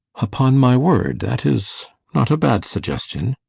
upon my word, that is not a bad suggestion.